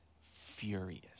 furious